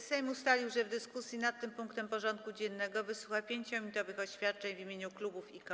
Sejm ustalił, że w dyskusji nad tym punktem porządku dziennego wysłucha 5-minutowych oświadczeń w imieniu klubów i koła.